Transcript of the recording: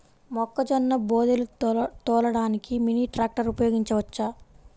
మొక్కజొన్న బోదెలు తోలడానికి మినీ ట్రాక్టర్ ఉపయోగించవచ్చా?